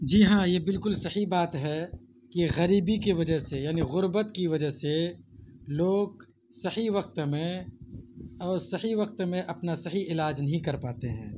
جی ہاں یہ بالکل صحیح بات ہے کہ غریبی کی وجہ سے یعنی غربت کی وجہ سے لوگ صحیح وقت میں اور صحیح وقت میں اپنا صحیح علاج نہیں کر پاتے ہیں